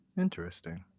Interesting